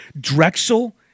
Drexel